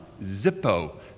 Zippo